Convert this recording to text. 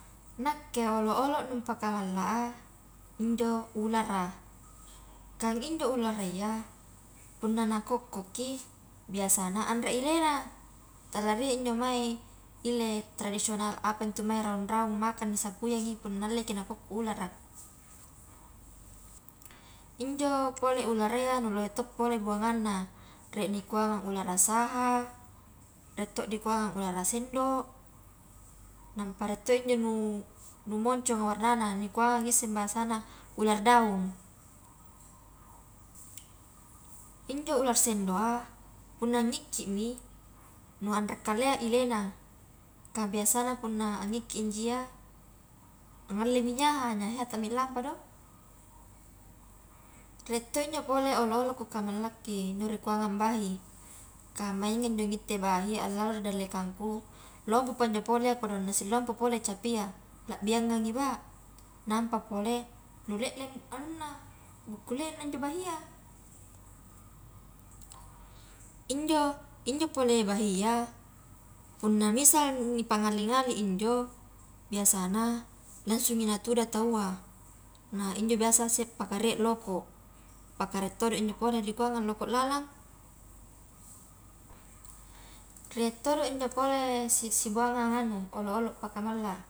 Nakke olo-olo nu pakamalla a injo ulara, kan injo ulara iya punna nakokkokki biasana anre ilena, tala rie injo mange ile tradisional apantu mae raung-raung maka nisapuiangi punna alleki nakokko ulara a, injo pole ulara iya nu lohe to pole bunganna rie nikuang ulara saha, rie to ri kua ulara sendo, nampa rie to njo nu, nu monconga warnana nikua ngisseng bansana ular daun, injo ular sendok a punna nikki mi nu anre kalea ilena kah biasana punna angikki i injia, angallemi nyaha, nyahayya tami alamapa do, rie to injo pole olo-olo ku kamallakki njo rikuanga bahi, kah mainga injo ngitte bahi allalli ri dallekangku lompopa njo pole iya kodong na sillompo pole capia, labbiangangi ba, nampa pole nu lelleng anunna bukkulengna njo bahia, injo, injo pole bahia punna misal ni pangali-ngali injo biasana langsungi natuda taua, nah injo biasa sippakarie loko, pakarie todo ino pole rikunga loko lalang, rie todo injo pole si, sibuangang anu olo-olo pakamalla.